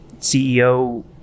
CEO